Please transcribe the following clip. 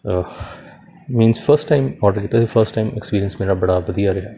means first time order ਕੀਤਾ first time experience ਮੇਰਾ ਬੜਾ ਵਧੀਆ ਰਿਹਾ